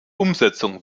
umsetzung